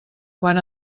quan